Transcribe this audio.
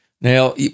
Now